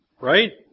Right